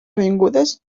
avingudes